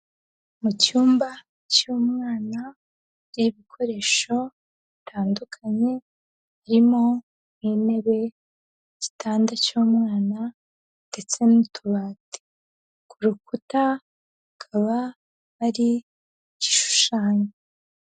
Mu cyumba cy'umwana hari ibikoresho bitandukanye birimo nk'intebe, igitanda cy'umwana ndetse n'utubati. Ku rukuta hakaba hari igishushanyo.